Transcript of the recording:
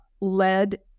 led